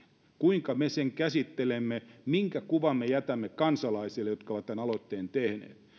kuinka me sen käsittelemme minkä kuvan me jätämme kansalaisille jotka ovat tämän aloitteen